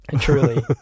Truly